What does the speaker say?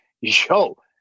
yo